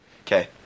Okay